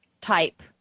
type